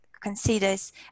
considers